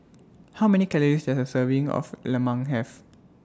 How Many Calories Does A Serving of Lemang Have